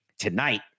Tonight